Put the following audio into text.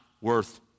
worth